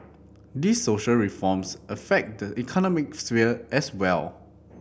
these social reforms affect the economic sphere as well